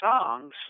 songs